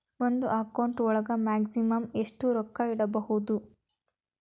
ಒಂದು ಅಕೌಂಟ್ ಒಳಗ ಮ್ಯಾಕ್ಸಿಮಮ್ ಎಷ್ಟು ರೊಕ್ಕ ಇಟ್ಕೋಬಹುದು?